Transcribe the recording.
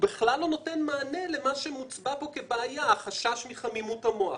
בכלל לא נותן מענה למה שמצויר כאן כבעיה החשש מחמימות מוח.